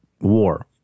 war